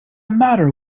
matter